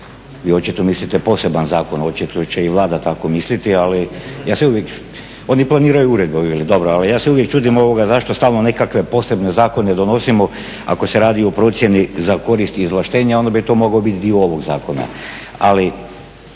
Vi očito mislite poseban zakon. Očito će i Vlada tako misliti. Ali ja se uvijek, oni planiraju uredbu. Dobro, ali ja se uvijek čudim zašto stalno nekakve posebne zakone donosimo ako se radi o procjeni za korist i izvlaštenje, onda bi to mogao biti dio ovog zakona. Ali